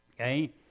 Okay